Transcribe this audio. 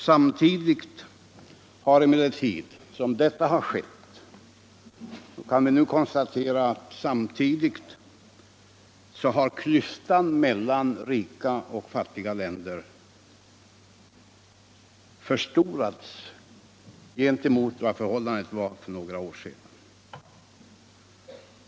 Samtidigt som detta har skett kan vi emellertid konstatera att klyftan mellan rika och fattiga länder förstorats i förhållande till vad som var förhållandet för några år sedan.